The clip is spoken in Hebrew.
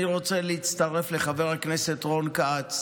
אני רוצה להצטרף לחבר הכנסת רון כץ.